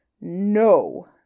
No